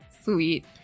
Sweet